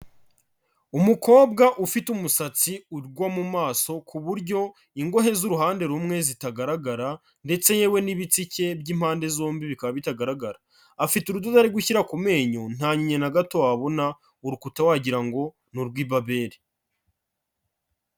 Umukobwa ufite umusatsi ugwa mu maso ku buryo ingohe z'uruhande rumwe zitagaragara ndetse yewe n'ibitsike by'impande zombi bikaba bitagaragara, afite urudodo ari gushyira ku menyo, nta nyinya na gato wabona, urukuta wagira ngo ni urw'ibaberi.